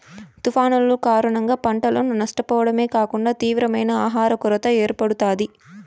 తుఫానులు కారణంగా పంటను నష్టపోవడమే కాకుండా తీవ్రమైన ఆహర కొరత ఏర్పడుతాది